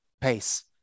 pace